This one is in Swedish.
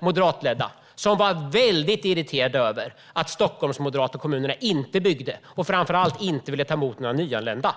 moderatledda kommuner var väldigt irriterade över att de moderatledda kommunerna i Stockholmsområdet inte byggde och framför allt inte ville ta emot några nyanlända.